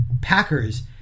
Packers